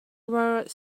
were